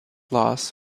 loss